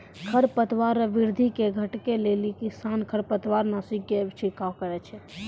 खरपतवार रो वृद्धि के घटबै लेली किसान खरपतवारनाशी के छिड़काव करै छै